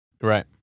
Right